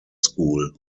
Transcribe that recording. school